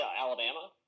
Alabama